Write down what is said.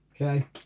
okay